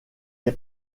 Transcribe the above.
est